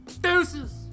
Deuces